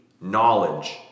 knowledge